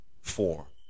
four